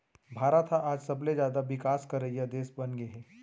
भारत ह आज सबले जाता बिकास करइया देस बनगे हे